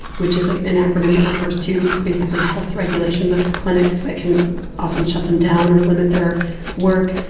which is like an acronym that refers to, basically, health regulations of clinics that can often shut them down or limit their work,